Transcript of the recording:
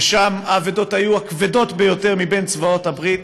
שבו האבדות היו הכבדות ביותר מבין צבאות בעלות הברית,